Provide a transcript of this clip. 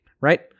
right